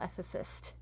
ethicist